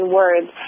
words